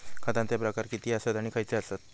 खतांचे प्रकार किती आसत आणि खैचे आसत?